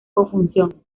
confusión